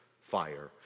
fire